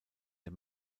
der